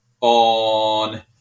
on